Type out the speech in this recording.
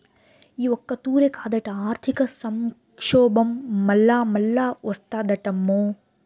ఈ ఒక్కతూరే కాదట, ఆర్థిక సంక్షోబం మల్లామల్లా ఓస్తాదటమ్మో